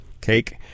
cake